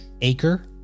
acre